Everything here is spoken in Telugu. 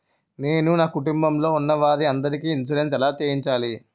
నేను నా కుటుంబం లొ ఉన్న వారి అందరికి ఇన్సురెన్స్ ఎలా చేయించాలి?